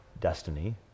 destiny